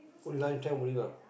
oh lunch time only lah